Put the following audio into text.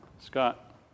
Scott